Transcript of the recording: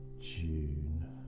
June